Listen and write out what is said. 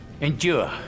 Endure